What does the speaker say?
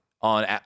on